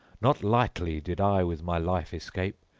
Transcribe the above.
not lightly did i with my life escape!